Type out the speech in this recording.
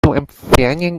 entfernen